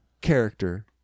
character